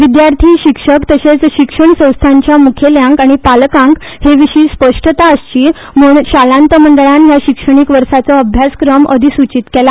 विद्यार्थी शिक्षक तशेच शिक्षण संस्थांच्या मुखेल्यांक आनी पालकांक हे विशी स्पष्टता आसची म्हण शालांत मंडळान ह्या शिक्षणिक वर्साचो अभ्यासक्रम अधिसूचित केला